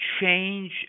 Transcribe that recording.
change